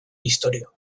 istorio